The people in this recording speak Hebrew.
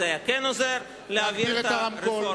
זה כן היה עוזר להעביר את הרפורמה?